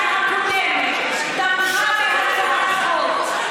שרק בקדנציה הקודמת תמכה בהצעת החוק,